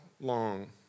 long